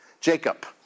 Jacob